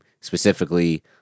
specifically